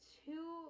two